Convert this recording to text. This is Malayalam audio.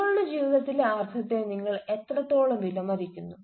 നിങ്ങളുടെ ജീവിതത്തിലെ അർത്ഥത്തെ നിങ്ങൾ എത്രത്തോളം വിലമതിക്കുന്നു